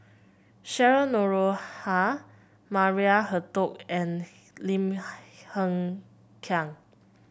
Cheryl Noronha Maria Hertogh and Lim Hng Kiang